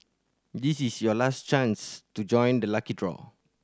this is your last chance to join the lucky draw